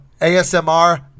ASMR